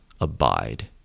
abide